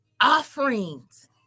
offerings